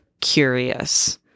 curious